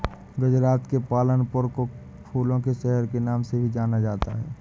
गुजरात के पालनपुर को फूलों के शहर के नाम से भी जाना जाता है